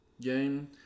game